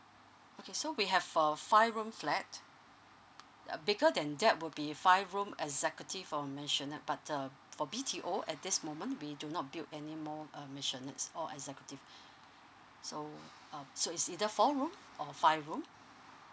okay so we have a five room flat uh bigger than that would be five room executive for a maisonette but uh for B_T_O at this moment we do not build anymore uh maisonette or executive so uh so is either four room or five room